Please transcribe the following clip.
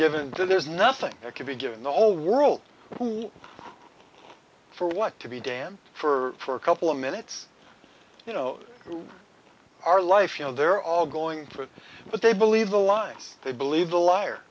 given to there's nothing that can be given the whole world for what to be damp for a couple of minutes you know who are life you know they're all going for it but they believe the lies they believe the liar